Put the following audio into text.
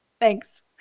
Thanks